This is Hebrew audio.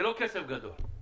זה לא כסף גדול.